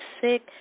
sick